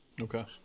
okay